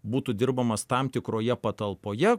būtų dirbamas tam tikroje patalpoje